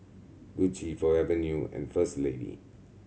Gucci Forever New and First Lady